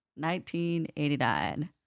1989